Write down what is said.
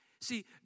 See